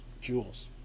jewels